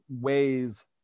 ways